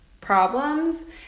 problems